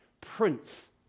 Prince